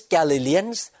Galileans